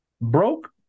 broke